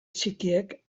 txikiek